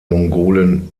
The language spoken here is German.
mongolen